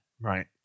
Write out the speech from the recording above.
Right